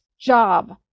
job